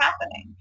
happening